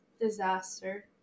disaster